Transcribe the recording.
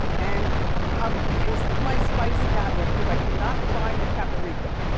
and i'm pissed at my spice cabinet, cause i cannot find the paprika.